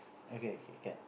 okay okay can